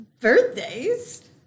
birthdays